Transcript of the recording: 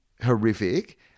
horrific